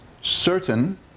certain